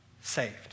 saved